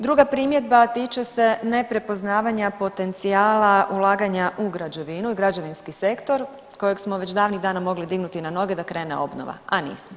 Druga primjedba tiče se neprepoznavanja potencijala ulaganja u građevinu i građevinski sektor kojeg smo već davnih dana mogli dignuti na noge da krene obnova, a nismo.